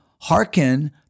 hearken